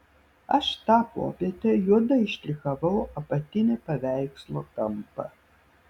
aš tą popietę juodai štrichavau apatinį paveikslo kampą